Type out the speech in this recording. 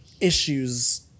issues